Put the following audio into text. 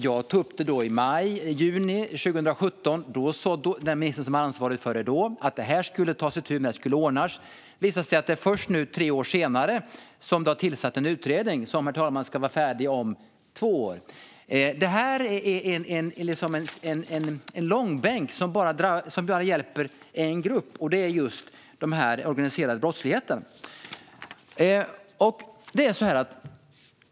Jag tog upp det i maj juni 2017. Då sa den minister som då var ansvarig att man skulle ta itu med detta. Det skulle ordnas. Det visade sig att det är först nu, tre år senare, som det har tillsatts en utredning. Och den, herr talman, ska vara färdig om två år. Detta är en långbänk som bara hjälper en grupp, och det är just den organisade brottsligheten.